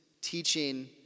teaching